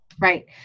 Right